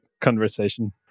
conversation